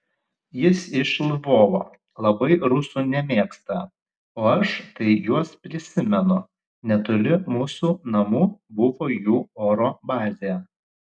jis iš lvovo labai rusų nemėgsta o aš tai juos prisimenu netoli mūsų namų buvo jų oro bazė